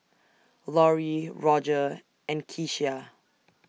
Lorrie Rodger and Keshia